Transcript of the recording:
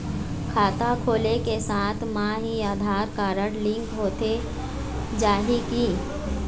खाता खोले के साथ म ही आधार कारड लिंक होथे जाही की?